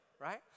Right